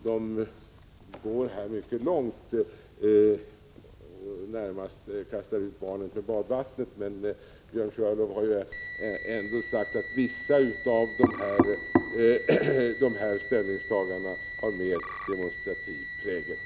De går mycket långt och kastar närmast ut barnet med badvattnet, men Björn Körlof har ändå yttrat sig så att vissa av ställningstagandena har mer demonstrativ prägel.